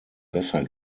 besser